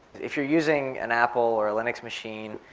if you're using an apple or a linux machine,